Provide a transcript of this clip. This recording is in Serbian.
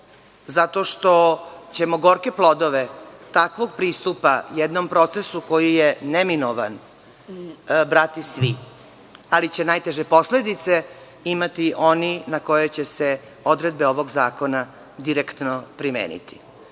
zato što ćemo gorke plodove takvog pristupa jednom procesu koji je neminovan brati svi, ali će najteže posledice imati oni na koje će se odredbe ovog zakona direktno primeniti. Hvala